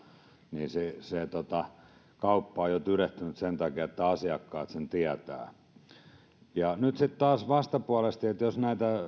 niin se se kauppa on jo tyrehtynyt sen takia että asiakkaat sen tietävät nyt sitten taas vastapuoleisesti jos näitä